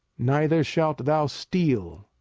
neither shalt thou steal.